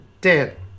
dead